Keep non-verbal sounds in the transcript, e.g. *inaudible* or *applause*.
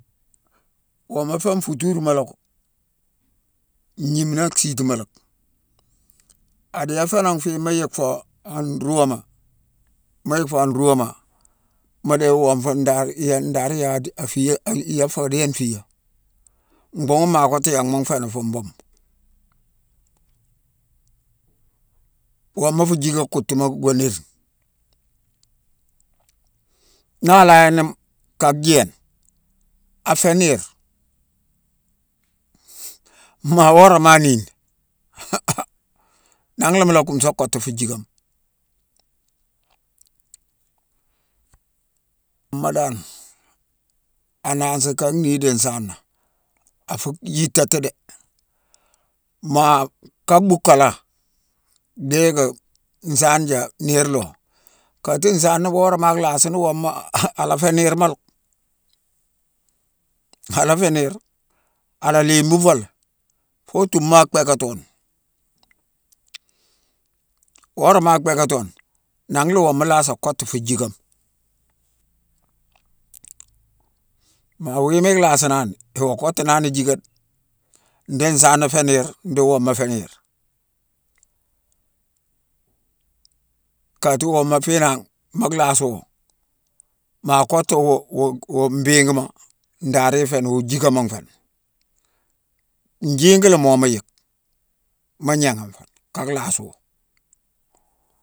Woma fé nfuturuma la ko. Ngniminone siitima lacki. A déye féénangh fi mu yick fo an ruuwuma, mu yick fo an ruuwuma mu di wonfo ndar yé-ndar yé-adi-afi-yé-yé-fa dééne fi yé. Mbhunghune ma kottu yanghma nfé ni fu mbunbu. Woma fu jicka kottuma go nérine. Na lanni kaa jééne, afé niir. Ma wora man aniini *laughs* nangh la mu la kumsa kottu fu jickama. Woma dan, anansi ka nii di nsaana, a fu yiitati dé. Ma ka bhuukala, dhiiki nsaane yé niir lo. Katung nsaana worama a lhaasini woma *laughs* a la fé niirma la ko. A la fé niir. A la limbine fo lé, fo tumma a bhéckatoni. Worama a bhéckatoni, nanghna woma laasa kottu fu jickama. Ma wima i laasinani, i wa kottunani jicka dé: ndi nsaana fé niir, ndi woma fé niir. Katung woma fiina, mu lhaso, ma kotto-wo-wo-wo mbighima ndari ifé ni, wu jickama nfé ni. Njiigi la mo mu yick, mu gnéghafo ni, ka lhaaso.